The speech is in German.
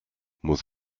muss